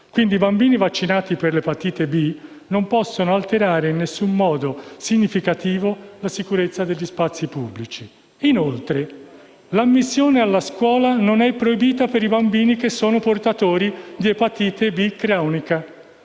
Quindi, i bambini vaccinati per l'epatite b non possono alterare in alcun modo significativo la sicurezza degli spazi pubblici. Inoltre, l'ammissione alla scuola non è proibita per i bambini portatori di epatite b cronica.